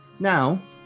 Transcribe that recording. Now